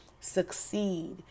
succeed